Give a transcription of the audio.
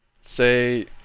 say